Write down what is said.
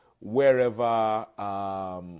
wherever